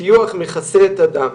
טיוח מכסה את הדם,